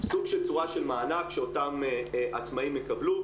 סוג של צורה של מענק שאותם עצמאים יקבלו.